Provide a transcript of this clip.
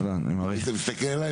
אתה מסתכל אליי,